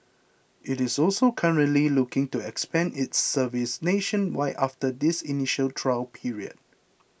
it is also currently looking to expand its service nationwide after this initial trial period